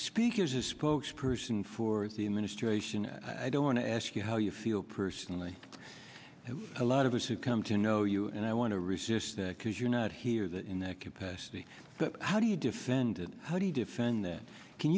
as a spokesperson for the administration i don't want to ask you how you feel personally and a lot of us who come to know you and i want to resist that because you not hear that in that capacity but how do you defend it how do you defend that can